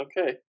okay